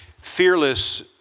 fearless